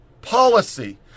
policy